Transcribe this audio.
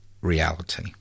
reality